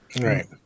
right